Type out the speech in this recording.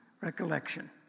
recollection